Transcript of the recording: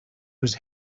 was